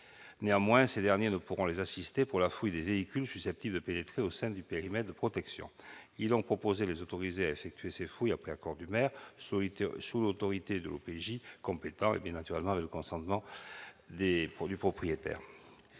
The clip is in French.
néanmoins, ces derniers ne pourront les assister pour la fouille des véhicules susceptibles de pénétrer au sein du périmètre de protection, ils l'ont proposé les autorisés à effectuer ces fouilles après accord du maire, ce 8 sous l'autorité de l'OPJ compétents et naturellement le consentement des produits